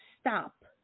stop